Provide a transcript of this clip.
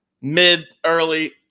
mid-early